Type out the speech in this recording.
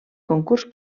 concurs